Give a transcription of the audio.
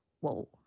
whoa